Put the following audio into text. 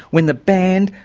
when the band,